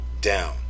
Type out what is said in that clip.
down